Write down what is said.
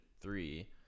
three